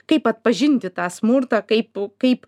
kaip atpažinti tą smurtą kaip kaip